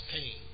pain